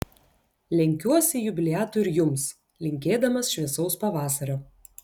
lenkiuosi jubiliatui ir jums linkėdamas šviesaus pavasario